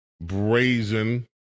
brazen